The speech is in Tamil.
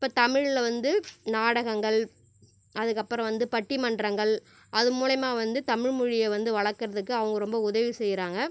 இப்போ தமிழில் வந்து நாடகங்கள் அதுக்கப்புறம் வந்து பட்டிமன்றங்கள் அதன் மூலயமா வந்து தமிழ் மொழியை வந்து வளர்க்கறதுக்கு அவங்க ரொம்ப உதவி செய்கிறாங்க